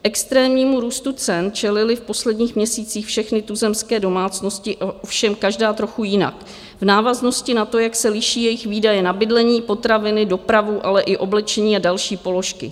Extrémnímu růstu cen čelily v posledních měsících všechny tuzemské domácnosti, ovšem každá trochu jinak v návaznosti na to, jak se liší jejich výdaje na bydlení, potraviny, dopravu, ale i oblečení a další položky.